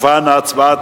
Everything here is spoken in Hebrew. להצבעה.